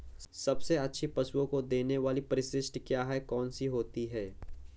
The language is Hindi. सबसे अच्छा पशुओं को देने वाली परिशिष्ट क्या है? कौन सी होती है?